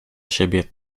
siebie